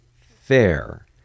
fair